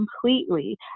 completely